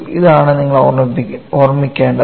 ഇതാണ് നിങ്ങൾ ഓർമ്മിക്കേണ്ടതെന്ന്